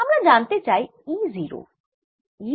আমরা জানতে চাই E 0